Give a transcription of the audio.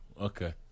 okay